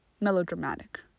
melodramatic